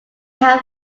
had